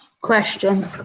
Question